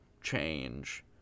change